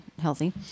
healthy